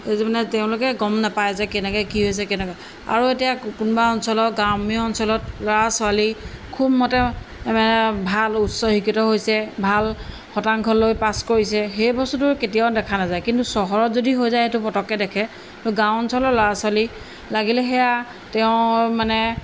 এইটো মানে তেওঁলোকে গম নাপায় যে কেনেকৈ কি হৈছে কেনেকৈ আৰু এতিয়া কোনোবা অঞ্চলৰ গ্ৰাম্য অঞ্চলত ল'ৰা ছোৱালী খুব মতে ভাল উচ্চ শিক্ষিত হৈছে ভাল শতাংশ লৈ পাছ কৰিছে সেই বস্তুটো কেতিয়াও দেখা নাযায় কিন্তু চহৰত যদি হৈ যায় সেইটো পটককৈ দেখে গাঁও অঞ্চলৰ ল'ৰা ছোৱালী লাগিলে সেয়া তেওঁ মানে